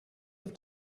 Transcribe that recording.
have